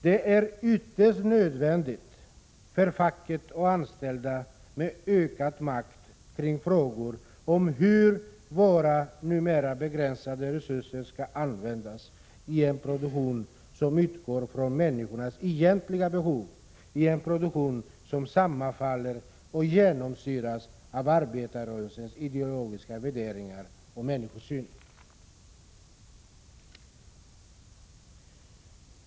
Det är ytterst nödvändigt att facket och de anställda får ökad makt kring frågor som gäller hur våra numera begränsade resurser skall användas i en produktion som utgår från människornas egentliga behov och som sammanfaller med och genomsyras av arbetarrörelsens ideologiska värderingar och människosyn.